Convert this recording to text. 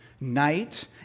night